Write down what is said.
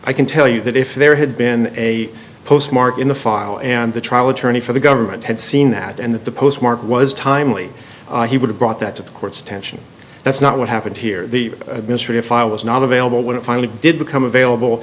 i can tell you that if there had been a postmark in the file and the trial attorney for the government had seen that and that the postmark was timely he would have brought that to the court's attention that's not what happened here the administrative file was not available when it finally did become available